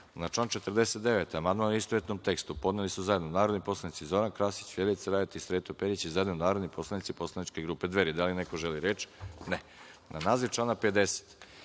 član 49. amandman, u istovetnom tekstu, podneli su zajedno narodni poslanici Zoran Krasić, Vjerica Radeta i Sreto Perić, i zajedno narodni poslanici Poslaničke grupe Dveri. Da li neko želi reč? (Ne)Na naziv člana 50.